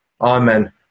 Amen